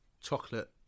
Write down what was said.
chocolate